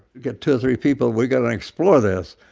get two or three people, we're going to explore this.